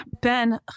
Ben